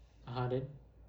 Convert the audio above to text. (uh huh) then